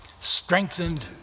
strengthened